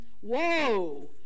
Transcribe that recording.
Whoa